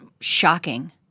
shocking